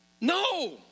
No